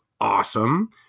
awesome